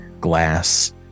glass